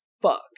fuck